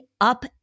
up